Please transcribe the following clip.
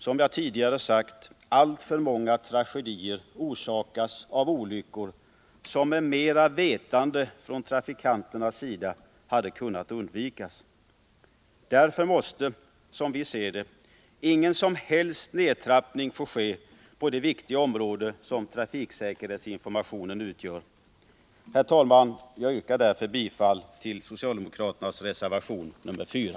Som jag tidigare sagt orsakas alltför många tragedier av olyckor, som med mera vetande hos trafikanterna hade kunnat undvikas. Därför får, som vi ser det, ingen som helst nedtrappning ske på det viktiga område som trafiksäkerhetsinformationen utgör. Herr talman! Jag yrkar därför bifall till socialdemokraternas reservation nr 4.